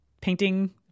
painting